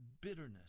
bitterness